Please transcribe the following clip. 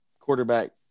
quarterback